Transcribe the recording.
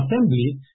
Assembly